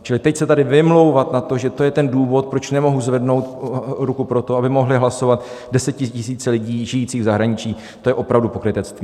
Čili teď se tady vymlouvat na to, že to je ten důvod, proč nemohu zvednout ruku pro to, aby mohly hlasovat desetitisíce lidí žijících v zahraničí, to je opravdu pokrytectví.